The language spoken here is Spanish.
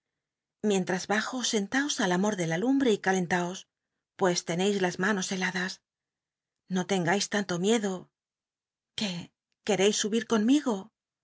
llientras bajo sentaos al amol ct la lumbre y calentaos pues teneis las manos heladas no tcngais tanto miedo qué quereis subir conmigo